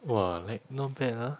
!wah! like not bad ah